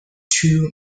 two